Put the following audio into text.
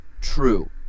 true